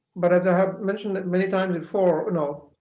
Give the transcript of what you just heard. but as i have mentioned many times before, you know